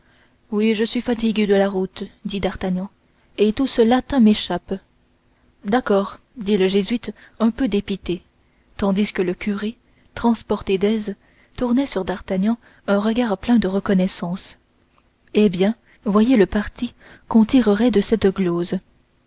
oui je suis fatigué de la route dit d'artagnan et tout ce latin m'échappe d'accord dit le jésuite un peu dépité tandis que le curé transporté d'aise tournait sur d'artagnan un regard plein de reconnaissance eh bien voyez le parti qu'on tirerait de cette glose